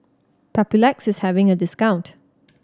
Papulex is having a discount